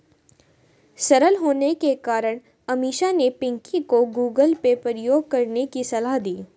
सरल होने के कारण अमीषा ने पिंकी को गूगल पे प्रयोग करने की सलाह दी